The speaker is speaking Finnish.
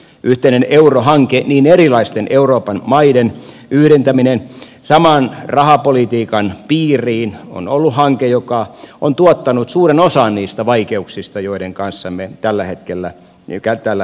yhteinen eurohanke niin erilaisten euroopan maiden yhdentäminen saman rahapolitiikan piiriin on ollut hanke joka on tuottanut suuren osan niistä vaikeuksista joiden kanssa me tällä hetkellä elämme